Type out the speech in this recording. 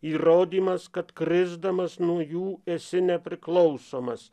įrodymas kad krisdamas nuo jų esi nepriklausomas